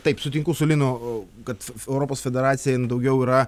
taip sutinku su linu kad europos federacija jinai daugiau yra